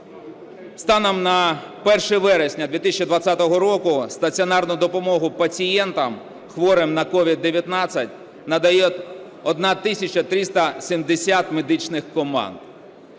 Станом на 1 вересня 2020 року стаціонарну допомогу пацієнтам, хворим на COVID-19, надають 1 тисяча 370 медичних команд,